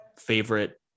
favorite